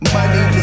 Money